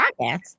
podcast